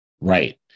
Right